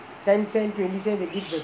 ten cent twenty cent they